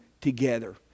together